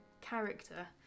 character